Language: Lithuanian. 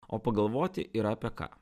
o pagalvoti yra apie ką